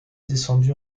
descendue